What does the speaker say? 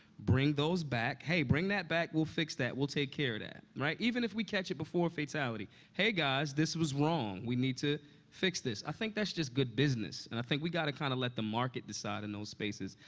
bring those back hey, bring that back. we'll fix that. we'll take care of that, right? even if we catch it before a fatality hey, guys, this was wrong. we need to fix this. i think that's just good business, and i think we got to kind of let the market decide in those spaces,